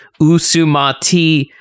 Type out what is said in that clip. Usumati